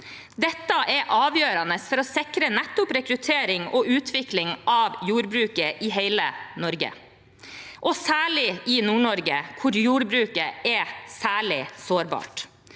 Dette er avgjørende for å sikre nettopp rekruttering og utvikling av jordbruket i hele Norge, og særlig i Nord-Norge, hvor jordbruket er særlig sårbart.